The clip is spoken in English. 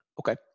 Okay